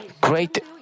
great